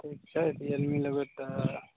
ठीक छै Realme लेबै तऽ